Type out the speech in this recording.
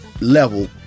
level